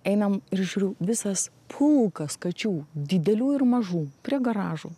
einam ir žiūriu visas pulkas kačių didelių ir mažų prie garažų